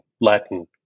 Latin